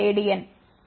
కాబట్టి ωc 2πfc